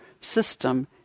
system